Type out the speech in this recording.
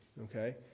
okay